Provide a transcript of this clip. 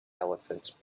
elephants